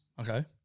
Okay